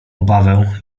obawę